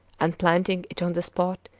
and, planting it on the spot,